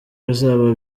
bizaba